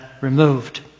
removed